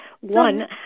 one